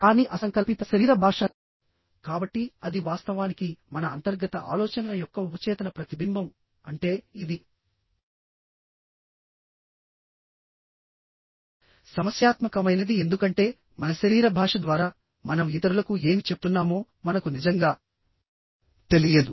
కానీ అసంకల్పిత శరీర భాష కాబట్టి అది వాస్తవానికి మన అంతర్గత ఆలోచనల యొక్క ఉపచేతన ప్రతిబింబం అంటే ఇది సమస్యాత్మకమైనది ఎందుకంటే మన శరీర భాష ద్వారా మనం ఇతరులకు ఏమి చెప్తున్నామో మనకు నిజంగా తెలియదు